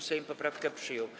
Sejm poprawkę przyjął.